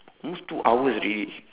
almost two hours already